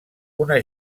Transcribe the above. una